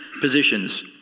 positions